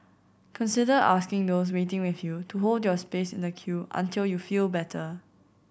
consider asking those waiting with you to hold your space in the queue until you feel better